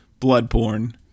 Bloodborne